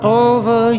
over